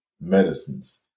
medicines